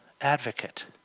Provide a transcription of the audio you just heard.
advocate